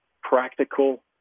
practical